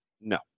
No